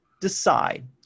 decide